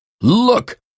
Look